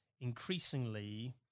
increasingly